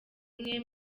umwe